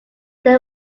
they